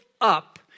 up